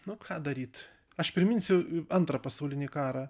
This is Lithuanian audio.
nu ką daryt aš priminsiu antrą pasaulinį karą